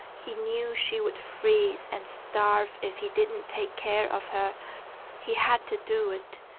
he knew she would freeze and starve if he didn't take care of her he had to do it.